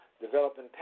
Developing